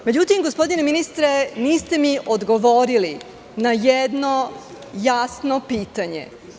Međutim, gospodine ministre, niste mi odgovorili na jedno jasno pitanje.